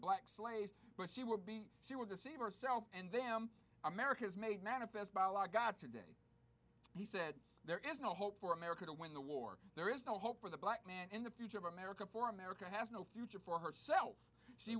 black slaves but she will be she will deceive ourselves and them america's made manifest by a lot god today he said there is no hope for america to win the war there is no hope for the black man in the future of america for america has no future for herself she